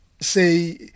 say